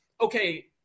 okay